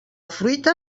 fruita